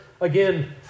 again